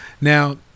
Now